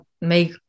make